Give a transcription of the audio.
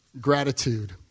gratitude